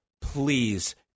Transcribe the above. please